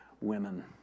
women